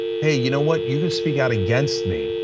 hey, you know what? you can speak out against me.